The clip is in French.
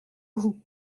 vous